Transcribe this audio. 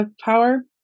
power